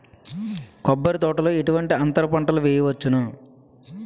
కొబ్బరి తోటలో ఎటువంటి అంతర పంటలు వేయవచ్చును?